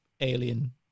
alien